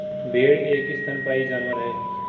भेड़ एक स्तनपायी जानवर है